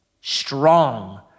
strong